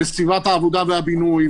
בסביבת העבודה והבינוי,